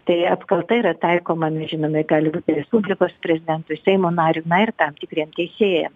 tai apkalta yra taikoma na žinome gali būti respublikos prezidentui seimo nariui na ir tam tikriem teisėjam